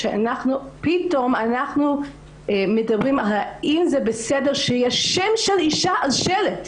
שפתאום אנחנו שואלים האם זה בסדר שיהיה שם של אישה על שלט.